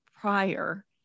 prior